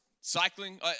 cycling